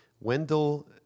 Wendell